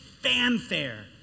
fanfare